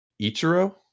Ichiro